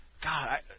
God